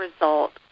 result